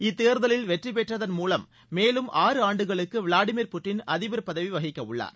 இத்தேர்தலில் வெற்றி பெற்றதன் மூலம் மேலும் ஆறு ஆண்டுகளுக்கு விளாதிமீர் புட்டின் அதிபர் பதவி வகிக்கவுள்ளார்